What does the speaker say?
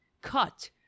cut